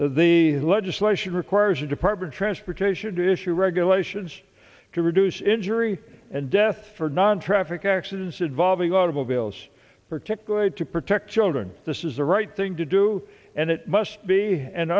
the legislation requires a department of transportation to issue regulations to reduce injury and death for non traffic accidents involving automobiles particularly to protect children this is the right thing to do and it must be and